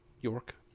York